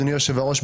אדוני יושב-הראש,